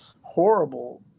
horrible